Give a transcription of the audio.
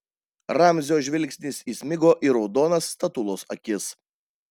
ramzio žvilgsnis įsmigo į raudonas statulos akis